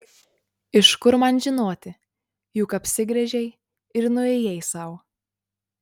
iš kur man žinoti juk apsigręžei ir nuėjai sau